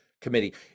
committee